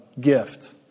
gift